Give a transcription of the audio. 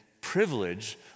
privilege